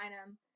item